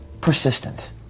persistent